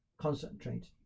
concentrate